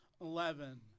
eleven